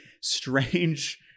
strange